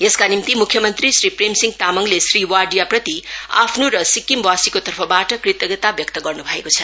यसका निम्ति मुख्य मंत्री श्री प्रेम सिंह तामाङले श्री वाडियाप्रति आफ्नो र सिक्किमवासीको तर्फबाट कृतज्ञता व्यक्त गर्नु भएको छ